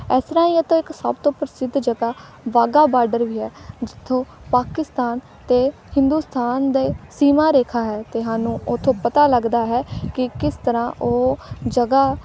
ਇਸ ਤਰ੍ਹਾਂ ਇੱਥੇ ਇੱਕ ਸਭ ਤੋਂ ਪ੍ਰਸਿੱਧ ਜਗ੍ਹਾ ਵਾਘਾ ਬਾਰਡਰ ਹੀ ਹੈ ਜਿੱਥੋਂ ਪਾਕਿਸਤਾਨ ਅਤੇ ਹਿੰਦੁਸਤਾਨ ਦੇ ਸੀਮਾ ਰੇਖਾ ਹੈ ਅਤੇ ਸਾਨੂੰ ਉੱਥੋਂ ਪਤਾ ਲੱਗਦਾ ਹੈ ਕਿ ਕਿਸ ਤਰ੍ਹਾਂ ਉਹ ਜਗ੍ਹਾ